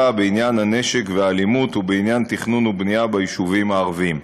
בעניין הנשק והאלימות ובעניין תכנון ובנייה ביישובים הערביים.